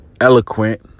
eloquent